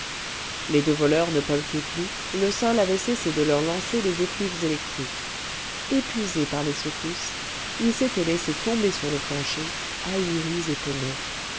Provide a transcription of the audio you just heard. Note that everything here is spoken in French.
les deux voleurs'ne polkaient plus le sol avait cessé de leur lancer l illustre couturier mira en meditation les effluves électriques épuisés par les secousses ils s'étaient laissé tomber sur le plancher ahuris et penauds